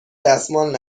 دستمال